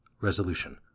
Resolution